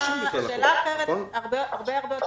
שאלה אחרת הרבה יותר פשוטה,